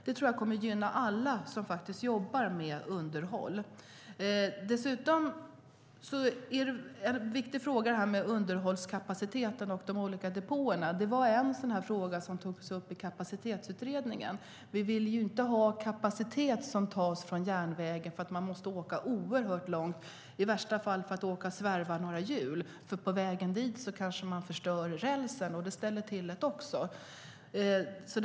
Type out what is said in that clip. Det kommer att gynna alla som jobbar med underhåll. En viktig fråga är underhållskapacitet och de olika depåerna. Det var en fråga som togs upp i Kapacitetsutredningen. Vi vill inte att kapacitet tas från järnvägen så att man måste åka oerhört långt för att svarva några hjul. På vägen dit förstörs rälsen. Det ställer också till.